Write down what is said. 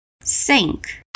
sink